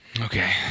Okay